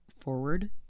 forward